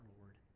Lord